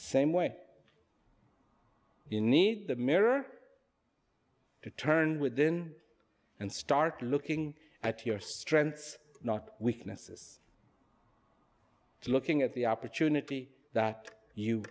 same way you need the mirror to turn within and start looking at your strengths not weaknesses to looking at the opportunity that you